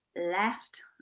left